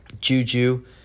Juju